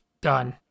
Done